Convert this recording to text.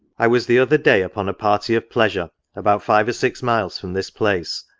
i was the other day upon a party of pleasure, about five or six miles from this place,